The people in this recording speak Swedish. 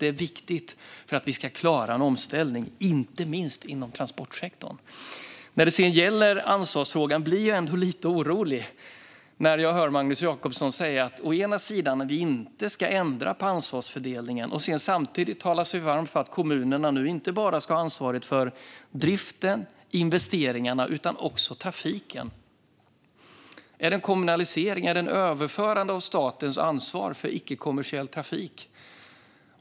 Detta är viktigt för att vi ska klara en omställning, inte minst inom transportsektorn. När det sedan gäller ansvarsfrågan blir jag ändå lite orolig när jag hör Magnus Jacobsson säga att vi inte ska ändra på ansvarsfördelningen och samtidigt tala sig varm för att kommunerna nu ska ha ansvaret inte bara för driften och investeringarna utan också för trafiken. Är detta en kommunalisering, ett överförande av statens ansvar för icke-kommersiell trafik?